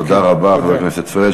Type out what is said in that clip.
תודה רבה, חבר הכנסת פריג'.